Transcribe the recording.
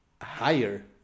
higher